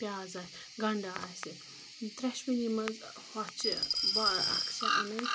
پیاز آسہِ گَنڈٕ آسہِ ترٛؠشوٕنی منٛز ہۄچھِ بہ اَکھ چھِ اَنٕنۍ